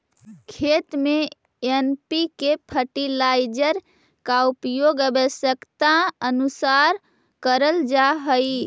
खेती में NPK fertiliser का उपयोग आवश्यकतानुसार करल जा हई